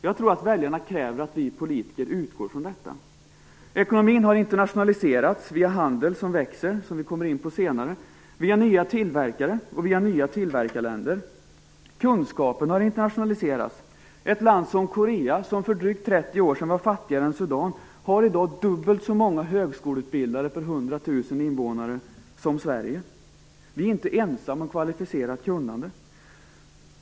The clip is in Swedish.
Jag tror att väljarna kräver att vi politiker utgår från detta. Ekonomin har internationaliserats via handel som växer, och vi har nya tillverkare och nya tillverkarländer. Kunskapen har internationaliserats. Ett land som Korea, som för drygt 30 år sedan var fattigare än Sudan, har i dag dubbelt så många högskoleutbildade per 100 000 invånare som Sverige. Vi är inte ensamma om kvalificerat kunnande.